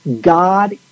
God